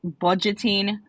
budgeting